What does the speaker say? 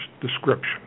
description